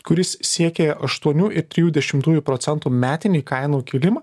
kuris siekė aštuonių ir trijų dešimtųjų procentų metinį kainų kilimą